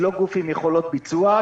היא לא גוף עם יכולות ביצוע.